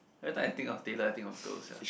every time I think of tailor I think of girls sia